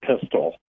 pistol